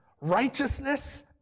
righteousness